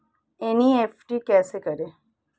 NEFT कैसे करें?